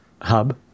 hub